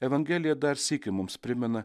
evangelija dar sykį mums primena